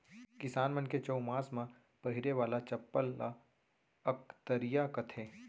किसान मन के चउमास म पहिरे वाला चप्पल ल अकतरिया कथें